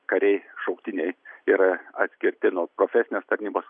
kariai šauktiniai yra atskirti nuo profesinės tarnybos